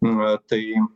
na tai